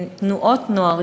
מתנועות נוער,